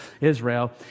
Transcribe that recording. Israel